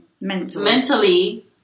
mentally